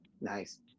Nice